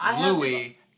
Louie